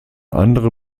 andere